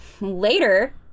Later